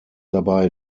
dabei